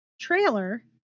trailer